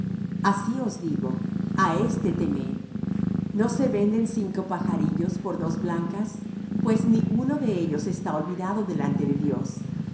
así os digo á éste temed no se venden cinco pajarillos por dos blancas pues ni uno de ellos está olvidado delante de dios